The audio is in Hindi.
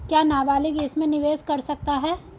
क्या नाबालिग इसमें निवेश कर सकता है?